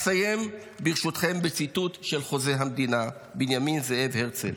אסיים בציטוט של חוזה המדינה בנימין זאב הרצל: